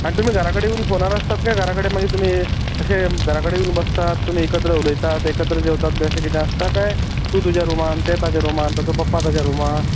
आनी तुमी घरा कडेन बिन फोनार आसतां कांय घरा कडेन मागीर तुमी अशें घरा कडेन येवन बसतात तुमी एकत्र उलयतात एकत्र जेवतात बि अशें कितें आसता कांय तूं तुज्या रुमन ते ताज्या रुमान ताजो पप्पा ताज्या रुमान